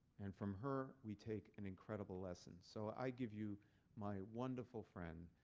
and from her we take an incredible lesson. so i give you my wonderful friend,